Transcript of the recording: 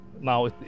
now